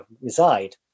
reside